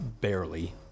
barely